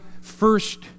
first